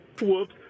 Whoops